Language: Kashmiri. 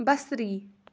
بَصری